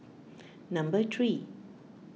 number three